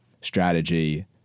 strategy